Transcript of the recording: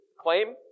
claim